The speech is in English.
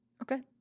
Okay